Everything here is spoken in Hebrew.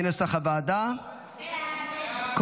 כנוסח הוועדה,